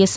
S